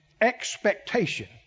expectation